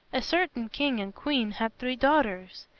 a certain king and queen had three daughters.